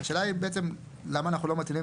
והשאלה היא בעצם למה אנחנו לא מטילים